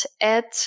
add